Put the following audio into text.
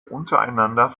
untereinander